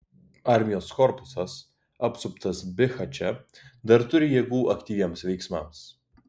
armijos korpusas apsuptas bihače dar turi jėgų aktyviems veiksmams